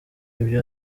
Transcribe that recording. ibyo